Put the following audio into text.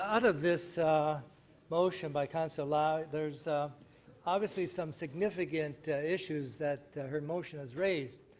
out of this motion by councillor lai, there's obviously some significant issues that her motion has raised.